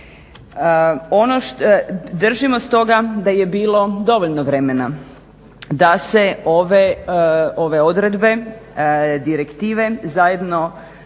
Držimo stoga da je bilo dovoljno vremena da se ove odredbe direktive zajedno